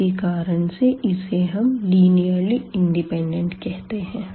इसी कारण से इसे हम लिनीअर्ली इंडिपेंडेंट कहते हैं